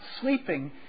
sleeping